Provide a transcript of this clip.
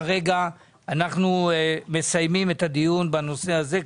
כרגע אנחנו מסיימים את הדיון בנושא הזה,